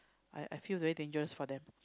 I I feel very dangerous for them